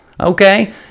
Okay